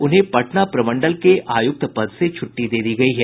उन्हें पटना प्रमंडल के आयुक्त पद से छुट्टी दे दी गयी है